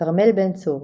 כרמל בן צור,